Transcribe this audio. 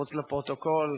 מחוץ לפרוטוקול: